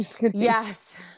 Yes